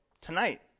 tonight